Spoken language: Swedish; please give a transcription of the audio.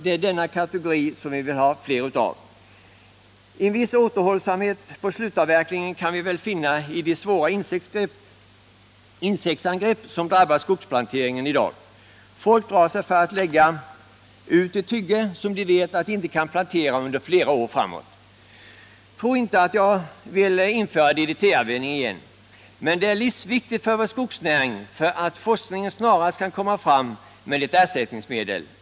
Det är denna kategori som vi vill ha fler av: En viss återhållsamhet i fråga om slutavverkningen kan vi väl finna på grund av de svåra insektsangrepp som drabbar skogsplanteringar i dag. Folk drar sig för att lägga ut ett hygge som de vet att de inte kan plantera under flera år framåt. Tro inte att jag vill införa DDT-användning igen, men det är livsviktigt för vår skogsnäring att forskningen snarast kan komma fram med ett ersättningsmedel.